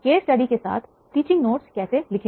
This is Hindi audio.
केस स्टडी के साथ टीचिंग नोट्स कैसे लिखें